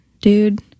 dude